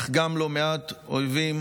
אך גם לא מעט אויבים